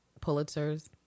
Pulitzers